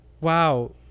wow